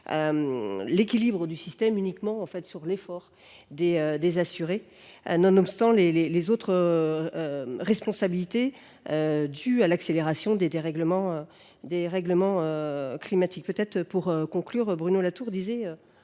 l’équilibre du système uniquement sur l’effort des assurés, nonobstant les autres responsabilités dues à l’accélération des dérèglements climatiques. Pour conclure, je citerai